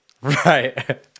right